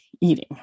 eating